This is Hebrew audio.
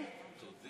מצביע עאידה תומא